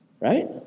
Right